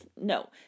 no